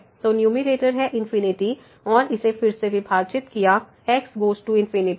तो न्यूमैरेटर है और इसे फिर से विभाजित किया x गोस टु से